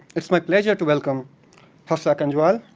it's my pleasure to welcome hafsa kanjwal,